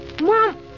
Mom